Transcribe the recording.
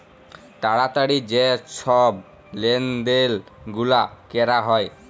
তাড়াতাড়ি যে ছব লেলদেল গুলা ক্যরা হ্যয়